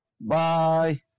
Bye